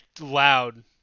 loud